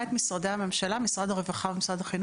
אנחנו עושים את יום הלב הזה בכנסת כדי להעלות את המודעות למחלות לב.